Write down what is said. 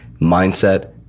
Mindset